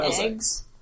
Eggs